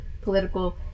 political